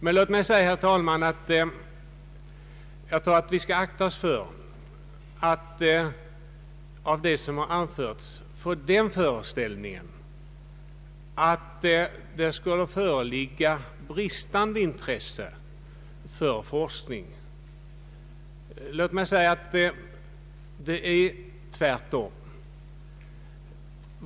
Jag tror, herr talman, att vi bör akta oss för att av det som har anförts i debatten här få den föreställningen att det skulle föreligga bristande intresse för forskningen. Låt mig säga att det är tvärtom.